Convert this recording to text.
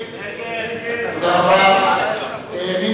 מי